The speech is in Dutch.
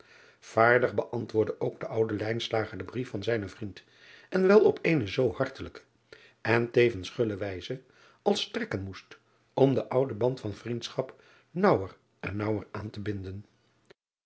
aardig beantwoordde ook de oude den brief van zijnen vriend en wel op eene zoo hartelijke en tevens gulle wijze als strekken moest om den ouden band van vriendschap naauwer en naauwer aan te binden